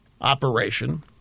operation